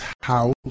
house